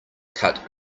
cut